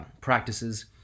practices